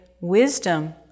wisdom